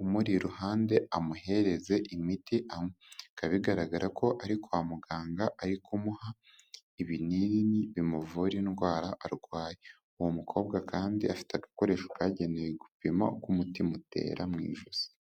umuri iruhande amuhereze imiti ngo anywe, bikaba bigaragara ko ari kwa muganga ari kumuha ibinini bimuvura indwara arwaye, uwo mukobwa kandi afite agakoresho kagenewe gupima uko umutima utera mu ijosi.